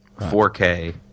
4K